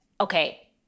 okay